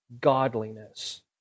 godliness